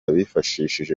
bifashishije